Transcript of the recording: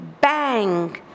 bang